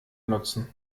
nutzen